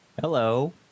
Hello